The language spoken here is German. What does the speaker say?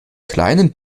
kleinen